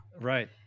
Right